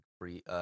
free